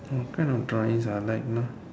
what kind of drawings I like